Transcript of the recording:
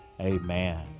amen